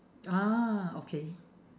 ah okay